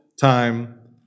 time